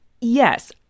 Yes